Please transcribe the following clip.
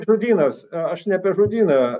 žodynas aš ne apie žodyną